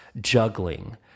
juggling